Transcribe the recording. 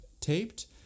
taped